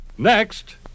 Next